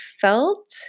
felt